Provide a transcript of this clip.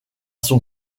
son